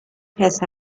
پسر